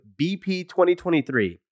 BP2023